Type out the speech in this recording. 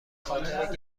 خاطر